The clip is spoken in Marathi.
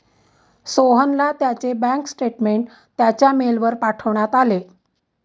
सोहनला त्याचे बँक स्टेटमेंट त्याच्या मेलवर पाठवण्यात आले